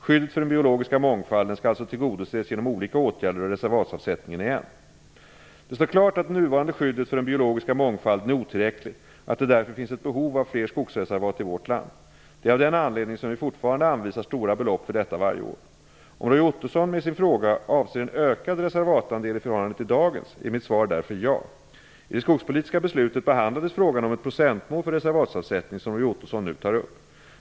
Skyddet för den biologiska mångfalden skall alltså tillgodoses genom olika åtgärder, där reservatsavsättningen är en. Det står klart att det nuvarande skyddet för den biologiska mångfalden är otillräckligt och att det därför finns ett behov av fler skogsreservat i vårt land. Det är av den anledningen som vi fortfarande anvisar stora belopp för detta varje år. Om Roy Ottosson med sin fråga avser en ökad reservatsandel i förhållande till dagens, är mitt svar därför ja. I det skogspolitiska beslutet behandlades frågan om ett procentmål för reservatsavsättning, som Roy Ottosson nu tar upp.